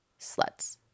sluts